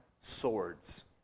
swords